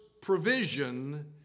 provision